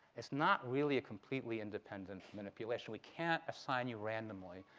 it's not really a completely independent manipulation. we can't assign you randomly.